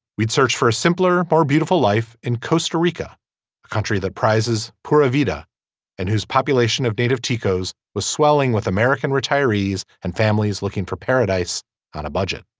we'd search for a simpler more beautiful life in costa rica a country that prizes poor evita and whose population of native chico's was swelling with american retirees and families looking for paradise on a budget